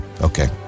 okay